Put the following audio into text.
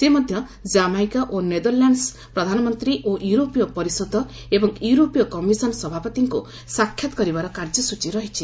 ସେ ମଧ୍ୟ ଜାମାଇକା ଓ ନେଦରଲ୍ୟାଣ୍ଡସ ପ୍ରଧାନମନ୍ତ୍ରୀ ଓ ୟୁରୋପୀୟ ପରିଷଦ ଏବଂ ୟୁରୋପୀୟ କମିଶନ ସଭାପତିଙ୍କୁ ସାକ୍ଷାତ୍ କରିବାର କାର୍ଯ୍ୟସ୍ଟଚୀ ରହିଛି